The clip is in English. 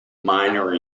minor